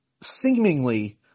seemingly